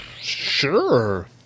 Sure